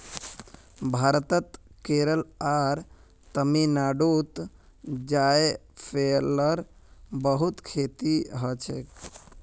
भारतत केरल आर तमिलनाडुत जायफलेर बहुत खेती हछेक